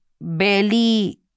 barely